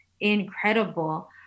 incredible